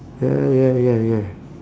ya ya ya ya